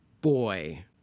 boy